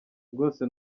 rwose